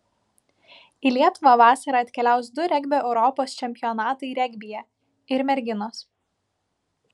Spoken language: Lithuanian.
į lietuvą vasarą atkeliaus du regbio europos čempionatai regbyje ir merginos